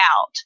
out